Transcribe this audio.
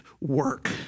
work